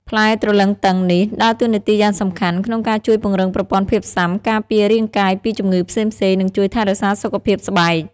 ផ្លែទ្រលឹងទឹងនេះ ដើរតួនាទីយ៉ាងសំខាន់ក្នុងការជួយពង្រឹងប្រព័ន្ធភាពស៊ាំ ការពាររាងកាយពីជំងឺផ្សេងៗ និងជួយថែរក្សាសុខភាពស្បែក។